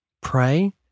pray